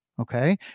okay